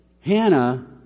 Hannah